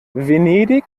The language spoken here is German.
venedig